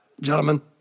gentlemen